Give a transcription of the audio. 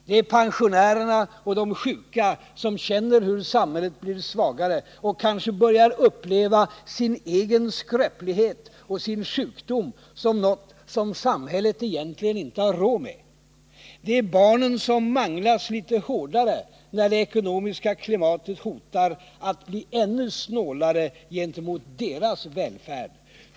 Det är pensionärerna och de sjuka som känner hur samhället blir svagare och kanske börjar uppleva sin skröplighet och sin sjukdom som något samhället egentligen inte har råd med. Det är barnen som manglas litet hårdare när det ekonomiska klimatet hotar att bli ännu snålare gentemot deras välfärd.